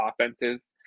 offenses